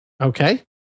Okay